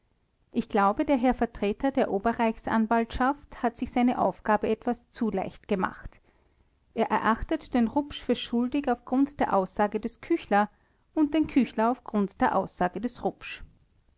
ich glaube der herr vertreter der oberreichsanwaltschaft hat sich seine aufgabe etwas zu leicht gemacht er erachtet den rupsch für schuldig auf grund der aussagen des küchler und den küchler auf grund der aussagen des